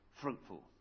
fruitful